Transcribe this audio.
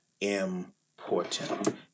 important